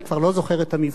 אני כבר לא זוכר את המבצע.